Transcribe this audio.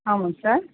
ஆமாங்க சார்